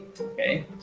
Okay